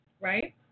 right